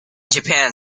japan